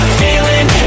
feeling